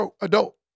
adult